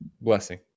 blessing